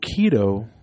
keto